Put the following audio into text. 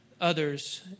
others